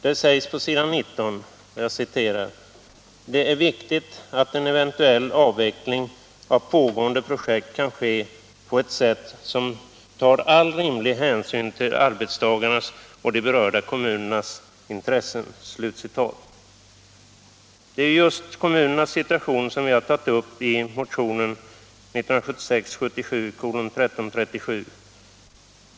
Det sägs på s. 19: ”Det är viktigt att en eventuell avveckling av pågående projekt kan ske på ett sätt som tar all rimlig hänsyn till arbetstagarnas och de berörda kommunernas intressen.” Det är just kommunernas situation som vi tagit upp i motion 1976/77:1337.